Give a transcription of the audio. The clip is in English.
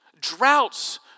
Droughts